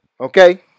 Okay